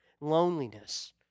loneliness